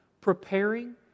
Preparing